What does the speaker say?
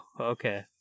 okay